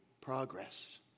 progress